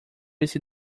esse